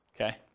okay